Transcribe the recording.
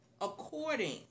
According